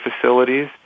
facilities